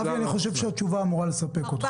אבי, אני חושב שהתשובה אמורה לספק אותך.